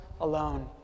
alone